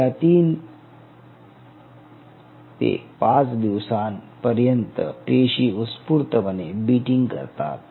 या पेशी तीन ते पाच दिवसानंतर उस्फूर्तपणे बिटिंग करतात